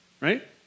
right